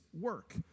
work